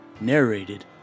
Narrated